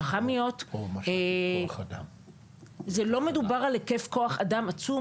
לא מדובר על היקף כוח אדם עצום,